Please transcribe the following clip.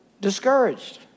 discouraged